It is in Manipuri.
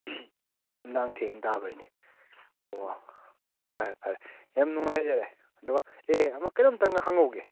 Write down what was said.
ꯅꯨꯡꯗꯥꯡ ꯊꯦꯡ ꯇꯥꯕꯩꯅꯦ ꯑꯣ ꯐꯔꯦ ꯐꯔꯦ ꯌꯥꯝ ꯅꯨꯡꯉꯥꯏꯖꯔꯦ ꯑꯗꯨꯒ ꯑꯦ ꯑꯃ ꯀꯩꯅꯣꯝꯇꯪꯒ ꯍꯪꯍꯧꯒꯦ